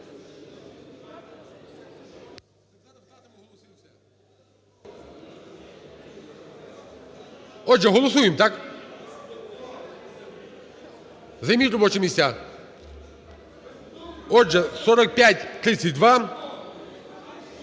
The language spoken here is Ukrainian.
Отже, голосуємо, так? Займіть робочі місця. Отже, 4532